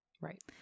Right